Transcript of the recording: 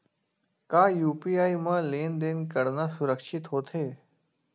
का यू.पी.आई म लेन देन करना सुरक्षित होथे?